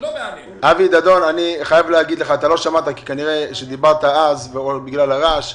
שמעת כי כנראה דיברת ובגלל הרעש.